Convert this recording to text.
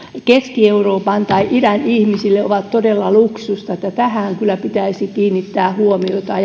keski euroopan tai idän ihmisille ovat todella luksusta tähän kyllä pitäisi kiinnittää huomiota